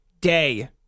day